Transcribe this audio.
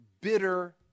bitter